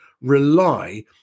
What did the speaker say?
rely